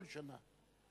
כל שנה.